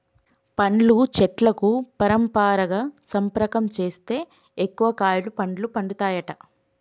పండ్ల చెట్లకు పరపరాగ సంపర్కం చేస్తే ఎక్కువ కాయలు పండ్లు పండుతాయట